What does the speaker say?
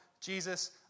Jesus